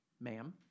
ma'am